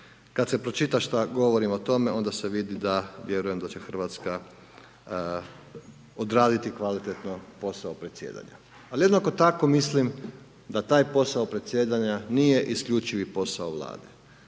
Kad se pročita što govorim o tome onda se vidi da vjerujem da će Hrvatska odraditi kvalitetno posao predsjedanja, ali jednako tako mislim da taj posao predsjedanja nije isključivi posao Vlade,